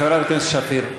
חברת הכנסת שפיר,